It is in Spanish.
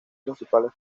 principales